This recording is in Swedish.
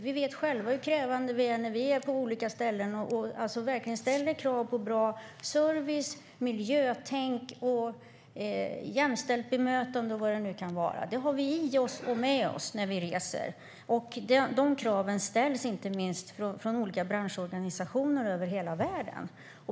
Vi vet själva hur krävande vi är när vi är på olika ställen och verkligen ställer krav på bra service, miljötänk, jämställt bemötande och vad det nu kan vara. Det har vi i oss och med oss när vi reser. Och de kraven ställs inte minst från olika branschorganisationer över hela världen.